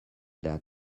that